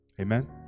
Amen